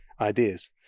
ideas